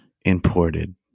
imported